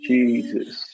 Jesus